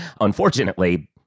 Unfortunately